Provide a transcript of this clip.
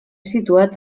situat